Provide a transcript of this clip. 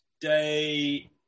day